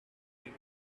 make